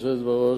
גברתי היושבת-ראש,